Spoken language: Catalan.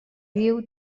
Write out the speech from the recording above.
viu